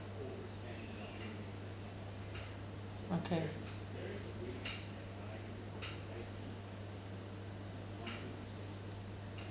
okay